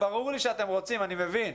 ברור לי שאתם רוצים, ואני מבין,